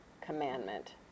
commandment